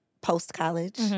post-college